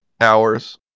hours